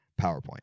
PowerPoint